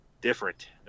different